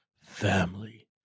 family